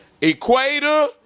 equator